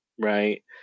Right